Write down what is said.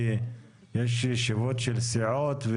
כי יש ישיבות של סיעות,